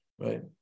right